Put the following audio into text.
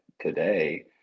today